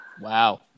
Wow